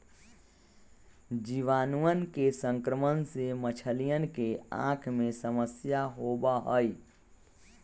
जीवाणुअन के संक्रमण से मछलियन के आँख में समस्या होबा हई